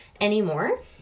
anymore